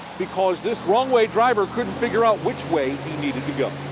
because this wrong-way driver couldn't figure out which way he needed to go.